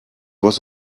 was